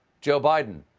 joe biden.